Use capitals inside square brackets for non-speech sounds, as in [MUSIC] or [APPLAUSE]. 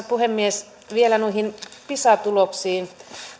[UNINTELLIGIBLE] puhemies vielä noihin pisa tuloksiin